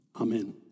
Amen